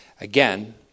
Again